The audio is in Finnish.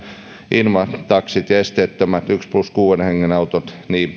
invataksit ja esteettömät yksi plus kuuden hengen autot